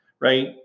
right